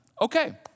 Okay